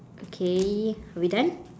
okay are we done